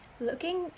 looking